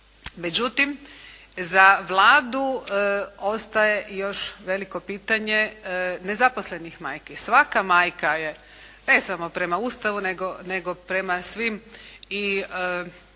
Međutim za Vladu ostaje još veliko pitanje nezaposlenih majki. Svaka majka je ne samo prema Ustavu nego prema svim i